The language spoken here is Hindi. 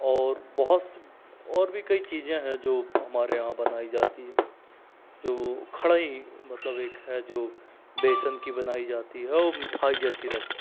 और बहुत सी और भी कई चीज़ें हैं जो हमारे यहाँ बनाई जाती हैं जो खड़ई मतलब एक है जो बेसन की बनाई जाती है और मिठाई जैसी रहती है